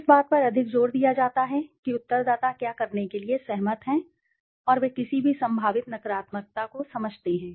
इस बात पर अधिक जोर दिया जाता है कि उत्तरदाता क्या करने के लिए सहमत हैं और वे किसी भी संभावित नकारात्मक को समझते हैं